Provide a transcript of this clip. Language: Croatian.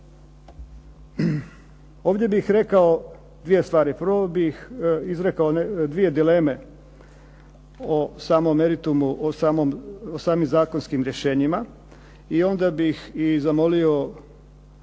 Ovdje bih rekao dvije stvari. Prvo bih izrekao dvije dileme o samom meritumu, o samim zakonskim rješenjima i onda bih i zamolio